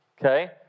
Okay